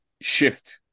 shift